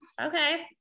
okay